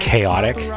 chaotic